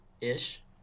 ish